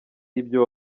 ibyo